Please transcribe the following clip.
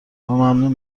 ممنون